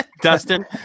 Dustin